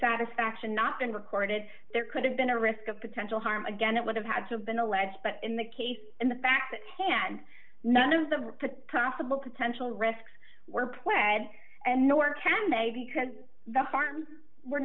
satisfaction not been recorded there could have been a risk of potential harm again it would have had to have been alleged but in the case in the fact that hand none of the rip a possible potential risks were play and nor can they because the farms were